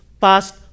past